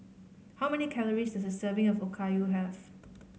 how many calories does a serving of Okayu have